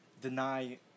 deny